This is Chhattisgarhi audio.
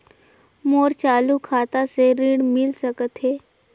मोर चालू खाता से ऋण मिल सकथे?